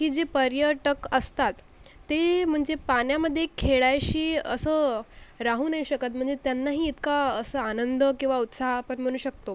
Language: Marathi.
की जे पर्यटक असतात ते म्हणजे पाण्यामधे खेळायशी असं राहू नाही शकत म्हणजे त्यांनाही इतका असा आनंद किंवा उत्साह आपण म्हणू शकतो